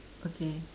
okay